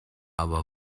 aber